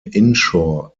inshore